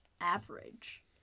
average